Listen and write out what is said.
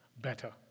better